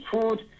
food